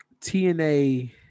TNA